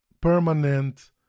permanent